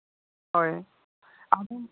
ᱦᱳᱭ